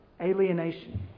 Alienation